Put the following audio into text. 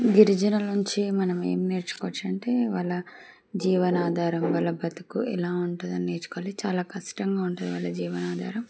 గిరిజన నుంచి మనం ఏం నేర్చుకోవచ్చు అంటే వాళ్ళ జీవనాధారం వాళ్ళ బతుకు ఎలా ఉంటదని నేర్చుకోవాలి చాలా కష్టంగా ఉంటుంది వాళ్ళ జీవనాధారం